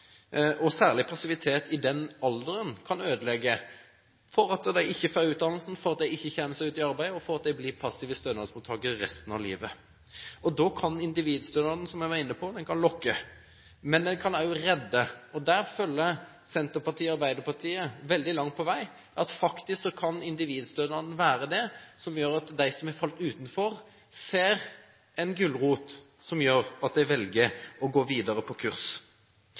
og særlig passivitet i denne alderen kan ødelegge for at man ikke får utdannelse, ikke kommer seg ut i arbeid og blir passive stønadsmottakere resten av livet. Da kan individstønaden, som jeg var inne på, lokke, men den kan også redde – og der følger Senterpartiet Arbeiderpartiet veldig langt på vei. Faktisk kan individstønaden gjøre at de som er falt utenfor, ser en gulrot som gjør at de velger å gå videre på kurs.